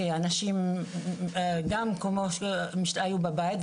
כי אנשים היו בבית,